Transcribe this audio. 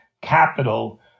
capital